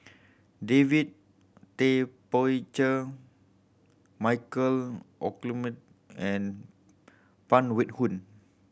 David Tay Poey Cher Michael and Phan Wait Hong